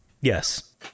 Yes